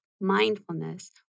mindfulness